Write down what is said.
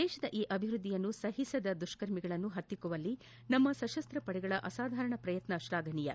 ದೇಶದ ಈ ಅಭಿವ್ಯದ್ಲಿಯನ್ನು ಸಹಿಸದ ದುಷ್ತರ್ಮಿಗಳನ್ನು ಹತ್ತಿಕ್ನುವಲ್ಲಿ ನಮ್ನ ಸಶಸ್ತಪಡೆಗಳ ಅಸಾಧಾರಣ ಪ್ರಯತ್ನ ಶ್ವಾಘನೀಯ